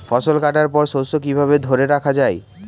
ফসল কাটার পর শস্য কিভাবে ধরে রাখা য়ায়?